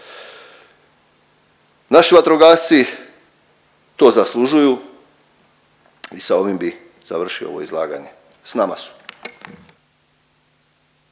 Naši vatrogasci to zaslužuju i sa ovim bi završio ovo izlaganje. S nama su.